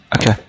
Okay